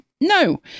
No